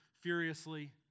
furiously